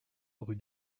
rue